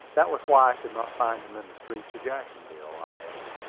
that was why i could not find him in the streets of jacksonville, i added.